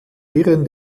wirren